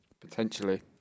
Potentially